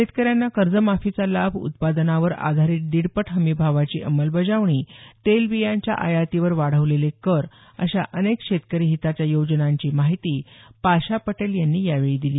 शेतकऱ्यांना कर्जमाफीचा लाभ उत्पादनावर आधारित दीडपट हमीभावाची अंमलबजावणी तेलबियांच्या आयातीवर वाढवलेले कर अशा अनेक शेतकरी हिताच्या योजनांची माहिती पाशा पटेल यांनी यावेळी दिली